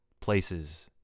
places